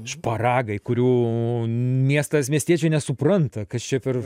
šparagai kurių miestas miestiečiai nesupranta kas čia per